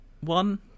one